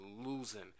losing